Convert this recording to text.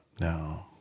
No